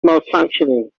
malfunctioning